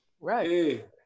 Right